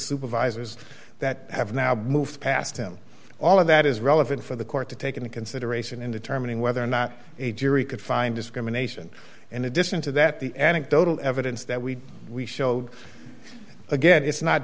supervisors that have now moved past him all of that is relevant for the court to take into consideration in determining whether or not a jury could find discrimination in addition to that the anecdotal evidence that we we showed again it's not